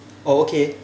oh okay